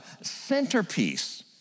Centerpiece